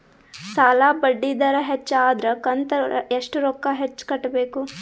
ಸಾಲಾ ಬಡ್ಡಿ ದರ ಹೆಚ್ಚ ಆದ್ರ ಕಂತ ಎಷ್ಟ ರೊಕ್ಕ ಹೆಚ್ಚ ಕಟ್ಟಬೇಕು?